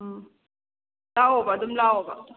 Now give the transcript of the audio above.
ꯎꯝ ꯂꯥꯛꯑꯣꯕ ꯑꯗꯨꯝ ꯂꯥꯛꯑꯣꯕ